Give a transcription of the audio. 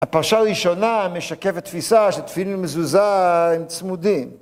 הפרשה ראשונה משקפת תפיסה שתפילין ומזוזה הם צמודים